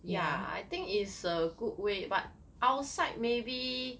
ya I think is a good way but outside maybe